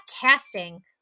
casting